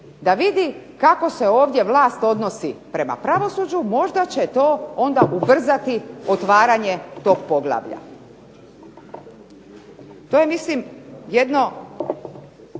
da vidi kako se ovdje vlast odnosi prema pravosuđu. Možda će to onda ubrzati otvaranje tog poglavlja. To je mislim jedno